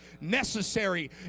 necessary